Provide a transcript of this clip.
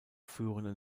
führenden